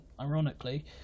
ironically